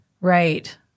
Right